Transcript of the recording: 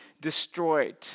destroyed